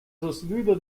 sostituito